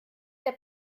der